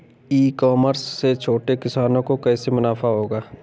ई commerce से छोटे किसानों को कैसे मुनाफा होगा?